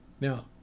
Now